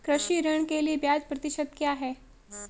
कृषि ऋण के लिए ब्याज प्रतिशत क्या है?